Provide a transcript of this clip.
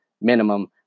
minimum